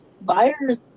buyers